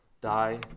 die